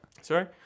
Sorry